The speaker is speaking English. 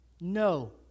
No